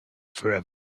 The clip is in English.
forever